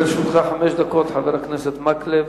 לרשותך חמש דקות, חבר הכנסת מקלב.